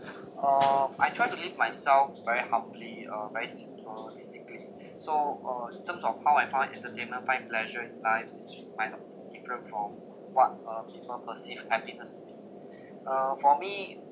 uh I try to live myself very humbly uh very simple basically so uh in terms of how I find entertainment find pleasure in life is kind of different from what uh people perceive happiness uh for me